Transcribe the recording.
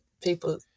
People